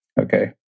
Okay